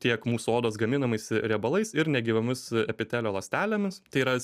tiek mūsų odos gaminamais riebalais ir negyvomis epitelio ląstelėmis tai yra